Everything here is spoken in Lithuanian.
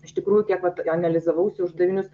iš tikrųjų kiek vat analizavausi uždavinius